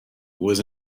was